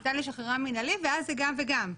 ניתן לשחררם מינהלית ואז זה גם וגם,